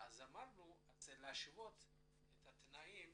אז אמרנו להשוות את התנאים